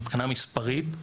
מבחינה מספרית,